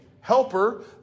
Helper